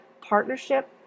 partnership